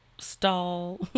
stall